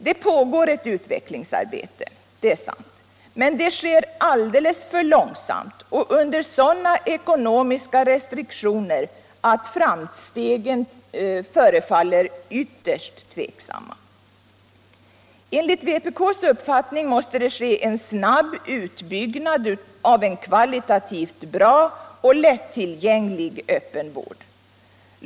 Det pågår ett utvecklingsarbete — det är sant — men det sker alldeles för långsamt och under sådana ekonomiska restriktioner att framstegen förefaller ytterst tveksamma. Enligt vpk:s uppfattning måste det ske en snabb utbyggnad av en kvalitativt bra och lättillgänglig öppen vård.